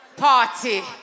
Party